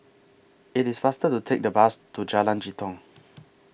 IT IS faster to Take The Bus to Jalan Jitong